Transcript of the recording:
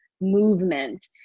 movement